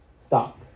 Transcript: stop